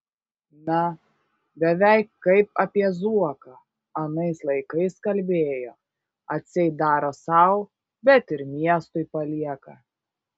na beveik kaip apie zuoką anais laikais kalbėjo atseit daro sau bet ir miestui palieka